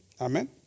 amen